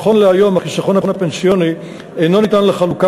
נכון להיום החיסכון הפנסיוני אינו ניתן לחלוקה